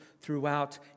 throughout